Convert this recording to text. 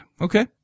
Okay